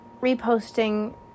reposting